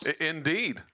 Indeed